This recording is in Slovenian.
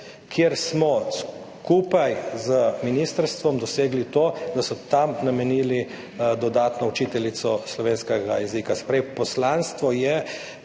kjer smo skupaj z ministrstvom dosegli to, da so tam namenili dodatno učiteljico slovenskega jezika. Se pravi, poslanstvo